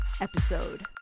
episode